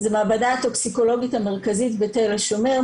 זה המעבדה הטוקסיקולוגית המרכזית בתל השומר,